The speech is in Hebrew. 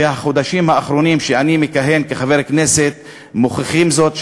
והחודשים האחרונים שאני מכהן בהם כחבר כנסת מוכיחים זאת,